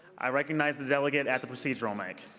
i recognize the delegate at the procedure ah mic.